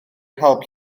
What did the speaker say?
help